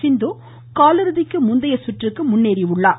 சிந்து காலிறுதிக்கு முந்தையை கற்றுக்கு முன்னேறியுள்ளார்